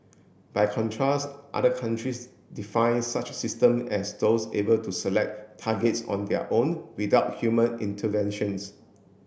by contrast other countries define such system as those able to select targets on their own without human interventions